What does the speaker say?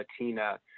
Latina